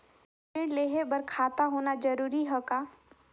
ऋण लेहे बर खाता होना जरूरी ह का?